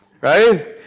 right